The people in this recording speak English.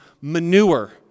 manure